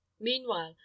Meanwhile